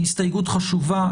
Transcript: היא הסתייגות חשובה,